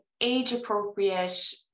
age-appropriate